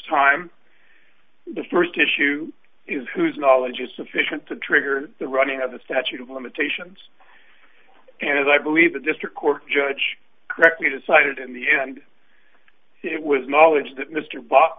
time the first issue is whose knowledge is sufficient to trigger the running of the statute of limitations and as i believe the district court judge correctly decided in the end it was knowledge that mr b